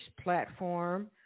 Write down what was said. platform